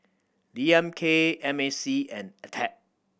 D M K M A C and Attack